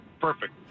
Perfect